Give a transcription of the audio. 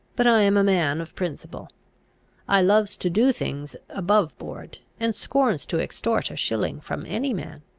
but i am a man of principle i loves to do things above board, and scorns to extort a shilling from any man.